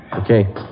Okay